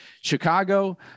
Chicago